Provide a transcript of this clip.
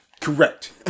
Correct